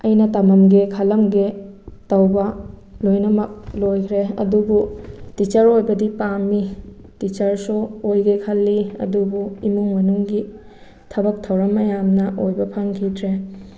ꯑꯩꯅ ꯇꯝꯃꯝꯒꯦ ꯈꯜꯂꯝꯒꯦ ꯇꯧꯕ ꯂꯣꯏꯅꯃꯛ ꯂꯣꯏꯈꯔꯦ ꯑꯗꯨꯕꯨ ꯇꯤꯆꯔ ꯑꯣꯏꯕꯗꯤ ꯄꯥꯝꯃꯤ ꯇꯤꯆꯔꯁꯨ ꯑꯣꯏꯒꯦ ꯈꯜꯂꯤ ꯑꯗꯨꯕꯨ ꯏꯃꯨꯡ ꯃꯅꯨꯡꯒꯤ ꯊꯕꯛ ꯊꯧꯔꯝ ꯃꯌꯥꯝꯅ ꯑꯣꯏꯕ ꯐꯪꯈꯤꯗ꯭ꯔꯦ